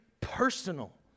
personal